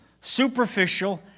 superficial